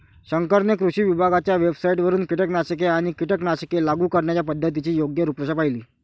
शंकरने कृषी विभागाच्या वेबसाइटवरून कीटकनाशके आणि कीटकनाशके लागू करण्याच्या पद्धतीची योग्य रूपरेषा पाहिली